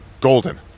golden